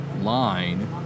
line